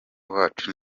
wacu